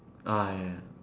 ah ya